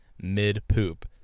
mid-poop